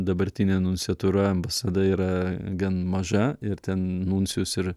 dabartinė nunciatūra ambasada yra gan maža ir ten nuncijus ir